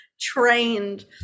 trained